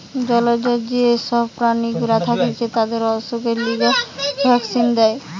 জলজ যে সব প্রাণী গুলা থাকতিছে তাদের অসুখের লিগে ভ্যাক্সিন দেয়